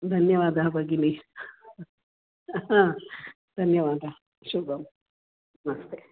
धन्यवादः भगिनी हा धन्यवादः शुभं नमस्ते